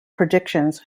predictions